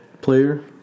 player